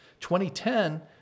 2010